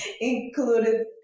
included